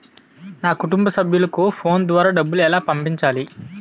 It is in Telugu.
నా కుటుంబ సభ్యులకు ఫోన్ ద్వారా డబ్బులు ఎలా పంపించాలి?